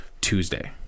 Tuesday